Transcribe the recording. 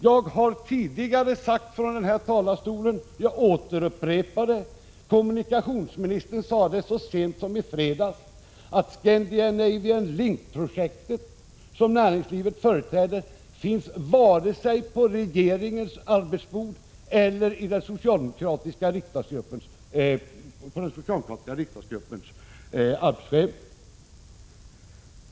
Jag har tidigare från denna talarstol sagt, och jag upprepar: Kommunikationsministern sade så sent som i fredags att Scandinavian Link-projektet, som näringslivet företräder, varken finns på regeringens arbetsbord eller på den socialdemokratiska riksdagsgruppens arbetsschema.